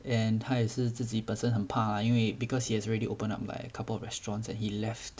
and 他也是自己本身很怕因为 because he has already opened up like a couple of restaurants and he left